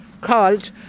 called